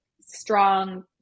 strong